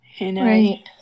Right